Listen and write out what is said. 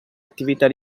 attività